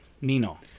Nino